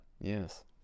Yes